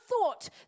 thought